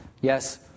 Yes